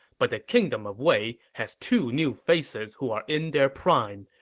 but the kingdom of wei has two new faces who are in their prime.